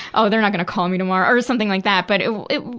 oh, they're not gonna call me tomorrow, or something like that. but it, it,